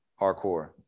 hardcore